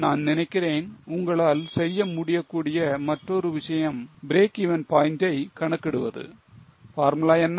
நான் நினைக்கிறேன் உங்களால் செய்ய முடியக்கூடிய மற்றொரு விஷயம் breakeven point ஐ கணக்கிடுவது பார்முலா என்ன